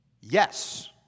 Yes